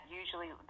usually